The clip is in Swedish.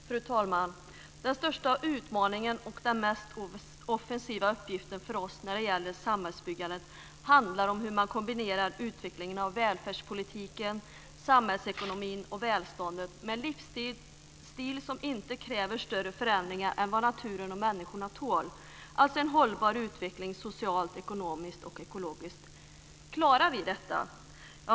Fru talman! Den största utmaningen och den mest offensiva uppgiften för oss när det gäller samhällsbyggande handlar om hur man kombinerar utvecklingen av välfärdspolitiken, samhällsekonomin och välståndet med en livsstil som inte kräver större förändringar än vad naturen och människorna tål - alltså en hållbar utveckling socialt, ekonomiskt och ekologiskt. Klarar vi detta?